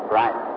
right